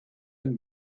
ein